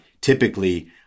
typically